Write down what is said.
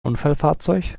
unfallfahrzeug